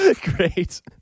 Great